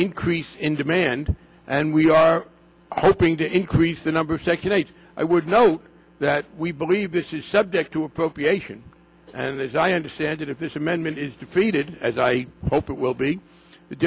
increase in demand and we are hoping to increase the number of second rate i would note that we believe this is subject to appropriation and as i understand it if this amendment is defeated as i hope it will be